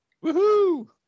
Woo-hoo